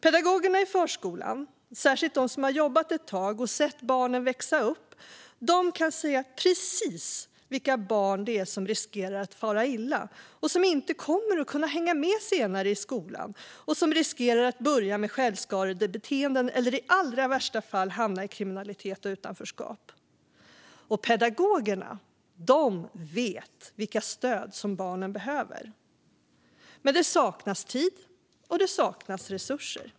Pedagogerna i förskolan, särskilt de som har jobbat ett tag och sett barnen växa upp, kan säga precis vilka barn som riskerar att fara illa och som inte kommer att kunna hänga med senare i skolan och som riskerar att börja med självskadebeteenden eller i allra värsta fall hamna i kriminalitet och utanförskap. Och pedagogerna vet vilka stöd som barnen behöver. Men det saknas tid, och det saknas resurser.